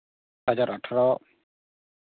ᱦᱟᱡᱟᱨ ᱟᱴᱷᱟᱨᱚ